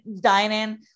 dining